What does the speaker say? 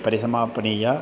परिसमापनीया